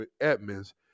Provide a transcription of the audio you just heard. Edmonds